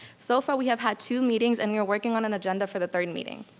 so far, we have had two meetings and we are working on an agenda for the third meeting.